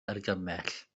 argymell